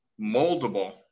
Moldable